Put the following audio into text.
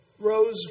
rose